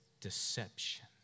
deception